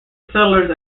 settlers